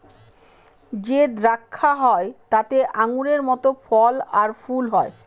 যে দ্রাক্ষা হয় তাতে আঙুরের মত ফল আর ফুল হয়